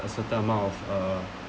a certain amount of a